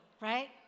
right